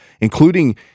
including